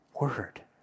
word